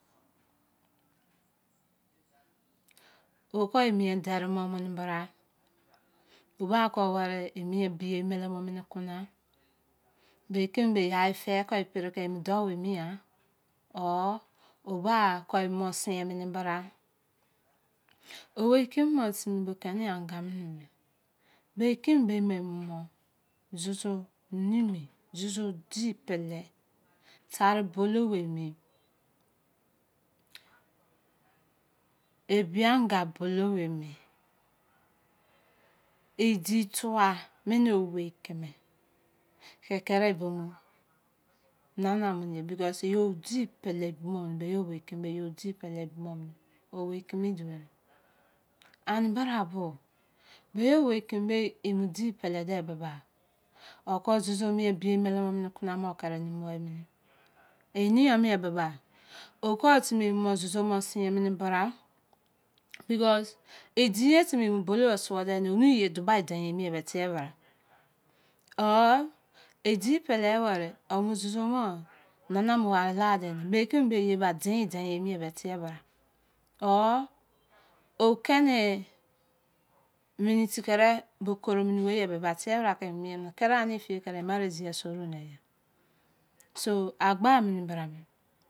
Wo ko emien deri mo mini bra. O ba kon weri e mien bie embelemo mini kuna. Be kimi be aye fe kon i pri ki mo dou emi yan? Or, o ba kon emoma siyein mini bra. Omei kimi mo timi bo keni angamini me, be kimi be momo zozo nemi. Zozo di pele. Tari bulou be emi. Ebi anga bulou be emi. E di tua mini owei kimi, ki kiri e bomo nanaa mini ye bikae yo di pele ebimo mini, be owei kimi be, yo di pele ebimo̱ mini. Owei kimii duoni. Ani bara bo, be owei kimi be emo di pele de bi ha, o̱ ko zozo mien zozo bie mien embelemo mini kuna me, okiri nemi weri mini. Iniyome bi ba, o ko timi emomo sinyera mini bra, bikos, e digha timi e mu bolou o suo deni onieye duba e dein emi ye ba, tie bra a? Or, e di pele e, weri o mu zozo me, nana mu wari lade ni, mi kimi be eye be ba diin edein mi e be, tie bra a? Or, o keni miniti kiri bo koro mini owei e be ba, tie bra ki mo mien mini. Kiri ani efiye, kiri marriage a sou de ya? So, a gba mini bra me̱̣.